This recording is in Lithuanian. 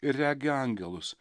ir regi angelus